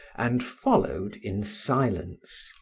and followed in silence,